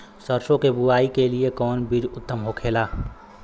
सरसो के बुआई के लिए कवन बिज उत्तम होखेला?